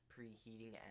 preheating